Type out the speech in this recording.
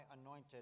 anointed